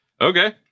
okay